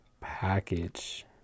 package